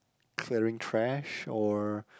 clearing trash or